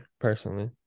personally